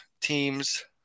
teams